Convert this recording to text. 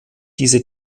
diese